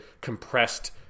compressed